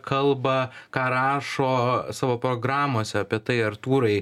kalba ką rašo savo programose apie tai artūrai